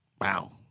Wow